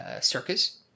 circus